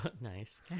Nice